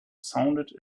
sounded